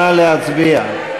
נא להצביע.